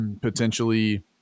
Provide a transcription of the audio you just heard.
potentially